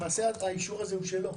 למעשה האישור הזה הוא שלו.